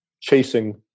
chasing